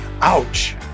ouch